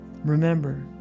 Remember